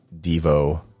Devo